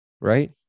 Right